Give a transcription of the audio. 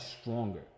stronger